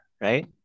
right